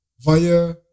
via